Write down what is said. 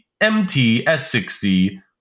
MTS60